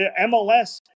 MLS